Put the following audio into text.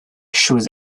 shoes